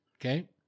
Okay